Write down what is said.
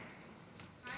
אדוני